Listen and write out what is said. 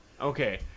Okay